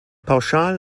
pauschal